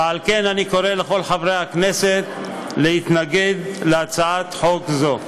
ועל כן אני קורא לכל חברי הכנסת להתנגד להצעת חוק זו.